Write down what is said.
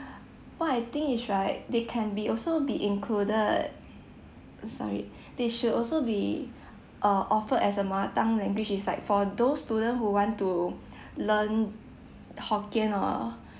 what I think is right they can be also be included sorry they should also be uh offered as a mother tongue language which is like for those student who want to learn hokkien or